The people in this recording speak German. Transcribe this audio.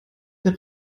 der